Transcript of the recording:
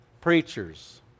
preachers